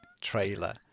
trailer